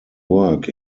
work